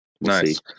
nice